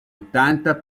ottanta